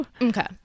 Okay